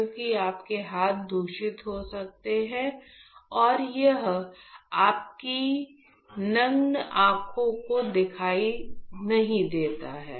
क्योंकि आपके हाथ दूषित हो सकते हैं और यह आपकी नग्न आंखों को दिखाई नहीं देता है